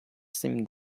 seem